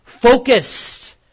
focused